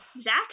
Zach